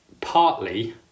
partly